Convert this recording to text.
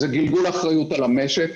זה גלגול אחריות על המשק,